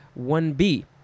1b